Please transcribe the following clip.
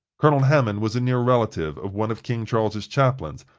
colonel hammond was a near relative of one of king charles's chaplains,